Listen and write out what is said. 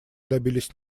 добились